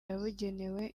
yabugenewe